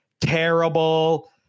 terrible